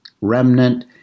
remnant